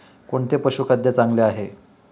कोणते पशुखाद्य चांगले आहे?